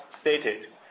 stated